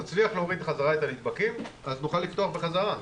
נצליח להוריד חזרה את הנדבקים אז נוכל לפתוח בחזרה.